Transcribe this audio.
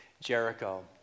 Jericho